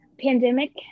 pandemic